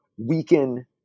weaken